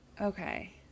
Okay